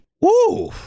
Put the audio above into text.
Woo